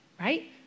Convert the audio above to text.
right